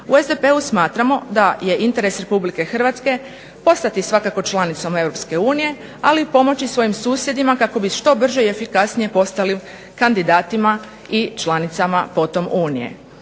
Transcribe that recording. U SDP-u smatramo da je interes Republike Hrvatske postati svakako članicom Europske unije, ali i pomoći svojim susjedima kao bi što brže i efikasnije postali kandidatima i članicama potom Unije.